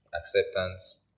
acceptance